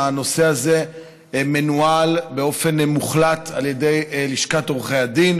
הנושא הזה מנוהל באופן מוחלט על ידי לשכת עורכי הדין,